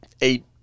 eight